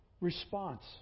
response